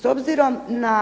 S obzirom na